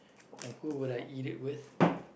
and who would I eat it with